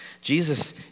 Jesus